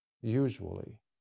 usually